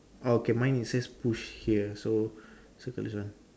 okay mine is says push here so circle this one